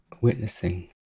witnessing